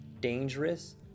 dangerous